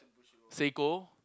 Seiko